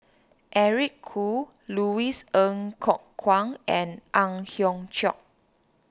Eric Khoo Louis Ng Kok Kwang and Ang Hiong Chiok